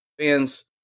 fans